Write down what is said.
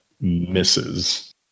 misses